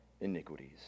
iniquities